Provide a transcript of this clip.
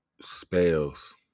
spells